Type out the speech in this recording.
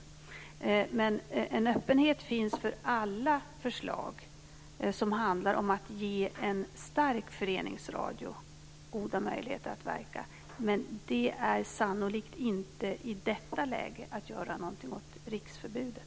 Det finns en öppenhet för alla förslag som handlar om att ge en stark föreningsradio goda möjligheter att verka. Men det är sannolikt inte i detta läge att göra något åt riksförbudet.